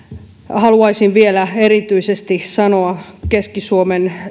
haluaisin vielä sanoa erityisesti keski suomen